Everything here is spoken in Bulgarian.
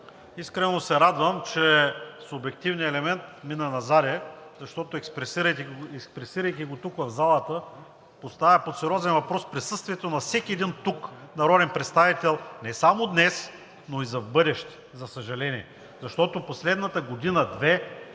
Искрено се радвам, че субективният елемент мина назад, защото, експресирайки го тук в залата, поставя под сериозен въпрос присъствието на всеки един народен представител не само днес, но и за в бъдеще, за съжаление. Защото последната година, две